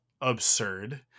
absurd